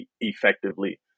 effectively